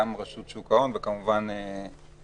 גם רשות שוק ההון וכמובן גם משרד